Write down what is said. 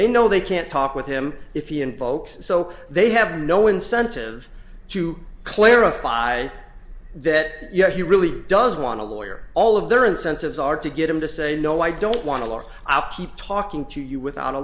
they know they can't talk with him if he invokes so they have no incentive to clarify that yeah he really does want a lawyer all of their incentives are to get him to say no i don't want to or i peep talking to you without a